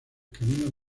caminos